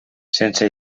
sense